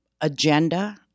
agenda